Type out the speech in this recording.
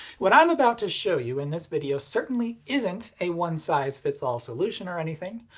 what i'm about to show you in this video certainly isn't a one-size-fits-all solution or anything,